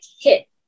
hit